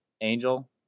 angel